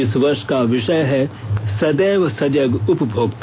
इस वर्ष का विषय है सदैव सजग उपभोक्ता